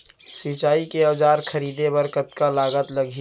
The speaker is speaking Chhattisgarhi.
सिंचाई के औजार खरीदे बर कतका लागत लागही?